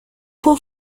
può